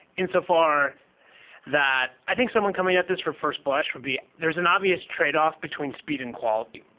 and so far that i think someone coming at this for first blush would be there is an obvious tradeoff between speed and quality.